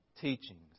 teachings